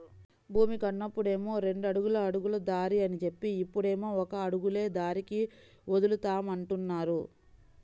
భూమి కొన్నప్పుడేమో రెండడుగుల అడుగుల దారి అని జెప్పి, ఇప్పుడేమో ఒక అడుగులే దారికి వదులుతామంటున్నారు